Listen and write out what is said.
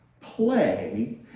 Play